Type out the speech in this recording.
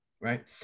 right